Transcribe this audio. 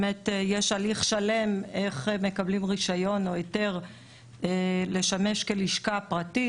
יש הליך שלם איך מקבלים רישיון או היתר לשמש כלשכה פרטית.